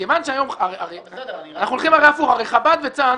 הרי חב"ד וצאנז,